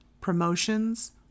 promotions